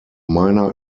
meiner